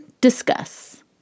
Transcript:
discuss